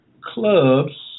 clubs